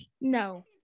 No